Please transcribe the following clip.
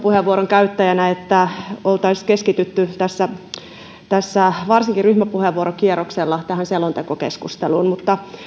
ryhmäpuheenvuoron käyttäjänä toivonut että oltaisiin keskitytty varsinkin ryhmäpuheenvuorokierroksella tähän selontekokeskusteluun mutta